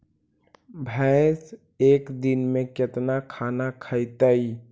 भैंस एक दिन में केतना खाना खैतई?